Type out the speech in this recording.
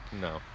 No